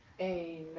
Amen